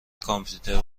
کامپیوتر